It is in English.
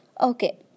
Okay